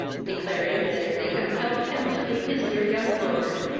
declaring, that if they compelled him to leave his dear young lord,